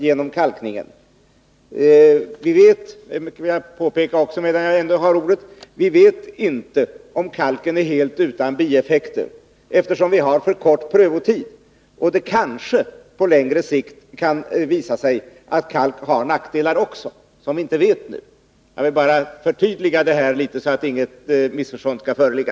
Vi vet inte — det vill jag påpeka medan jag ändå har ordet — om kalkningen är helt utan bieffekter, eftersom vi har för kort prövotid. Det kanske på längre sikt kan visa sig att kalk också har nackdelar, som vi nu inte vet något om. Jag vill bara göra detta förtydligande, så att inget missförstånd skall föreligga.